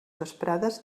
vesprades